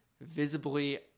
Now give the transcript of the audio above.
visibly